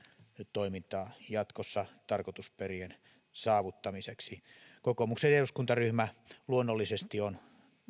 toimintaa jatkossa tarkoitusperien saavuttamiseksi kokoomuksen eduskuntaryhmä luonnollisesti on